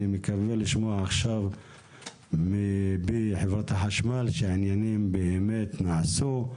אני מקווה לשמוע עכשיו מפי חברת החשמל שהעניינים באמת נעשו.